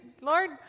Lord